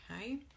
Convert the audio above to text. okay